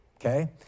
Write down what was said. okay